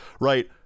right